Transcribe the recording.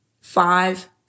Five